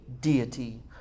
deity